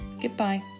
Goodbye